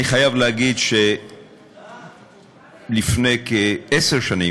אני חייב לומר שלפני כעשר שנים,